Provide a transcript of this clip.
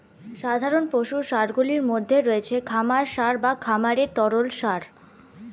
সাধারণ পশু সারগুলির মধ্যে রয়েছে খামার সার বা খামারের তরল সার